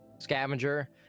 scavenger